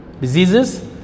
Diseases